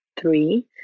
three